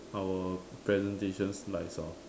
our presentation slides or